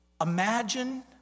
Imagine